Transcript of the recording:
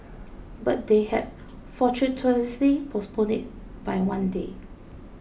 but they had fortuitously postponed it by one day